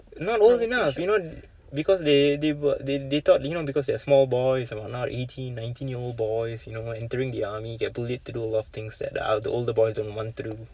not old enough you know because they they were they they thought you know because they're small boys and what not eighteen nineteen year old boys you know entering the army get bullied to do a lot of things that the other older boys don't want to do